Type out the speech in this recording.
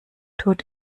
tut